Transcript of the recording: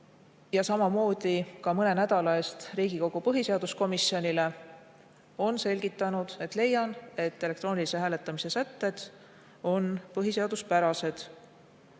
ja samamoodi ka mõne nädala eest Riigikogu põhiseaduskomisjonile on selgitanud, et elektroonilise hääletamise sätted on põhiseaduspärased.